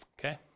okay